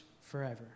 forever